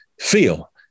feel